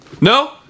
No